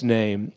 name